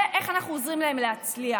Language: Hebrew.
ואיך אנחנו עוזרים להם להצליח,